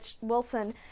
Wilson